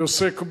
אני עוסק בו,